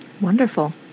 Wonderful